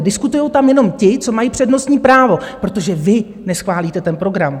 Diskutují tam jenom ti, co mají přednostní právo, protože vy neschválíte ten program.